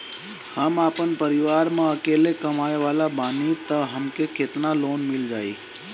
हम आपन परिवार म अकेले कमाए वाला बानीं त हमके केतना लोन मिल जाई?